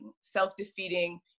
self-defeating